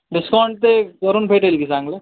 discount ते करून भेटेल की चांगलं